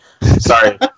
Sorry